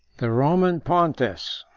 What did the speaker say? the roman pontiffs,